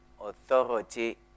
authority